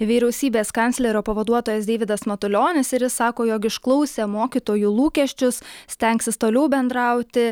vyriausybės kanclerio pavaduotojas deividas matulionis ir jis sako jog išklausė mokytojų lūkesčius stengsis toliau bendrauti